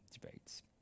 debates